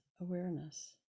awareness